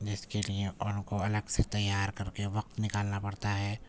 جس کے لیے ان کو الگ سے تیار کرکے وقت نکالنا پڑتا ہے